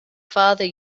father